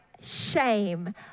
shame